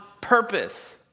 purpose